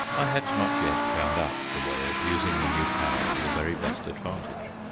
i had not yet found out the way of using the new power to the very best advantage.